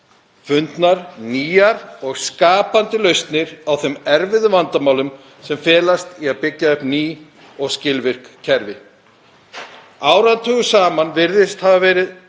fundnar nýjar og skapandi lausnir á þeim erfiðu vandamálum sem felast í að byggja upp ný og skilvirk kerfi. Áratugum saman virðist hafa verið